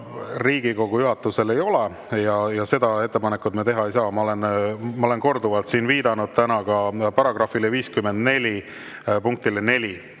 Riigikogu juhatusel ei ole ja seda ettepanekut me teha ei saa. Ma olen korduvalt siin täna viidanud ka § 54 punktile 4,